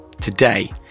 Today